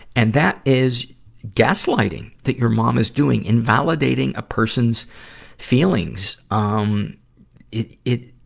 and that is gaslighting that your mom is doing. invalidating a person's feelings. um it, it,